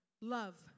love